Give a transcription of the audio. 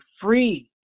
free